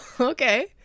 Okay